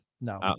No